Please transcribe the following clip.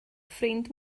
ffrind